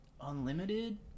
unlimited